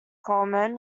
coleman